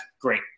great